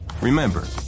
Remember